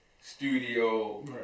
studio